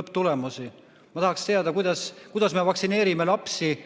lõpptulemusi. Ma tahaksin teada, kuidas me vaktsineerime lapsi